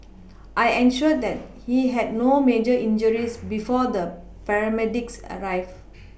I ensured that he had no major injuries before the paramedics arrived